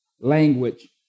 language